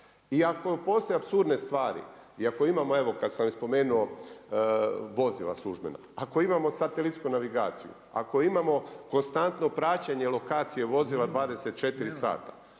I ako postoje apsurdne stvari i ako imamo evo kad sam i spomenuo, vozila službena, ako imamo satelitsku navigaciju, ako imamo konstantno praćenje lokacije vozila 24 sata,